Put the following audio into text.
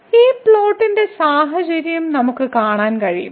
ഈ പ്ലോട്ടിലെ സാഹചര്യം നമുക്ക് കാണാൻ കഴിയും